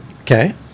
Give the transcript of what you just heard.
Okay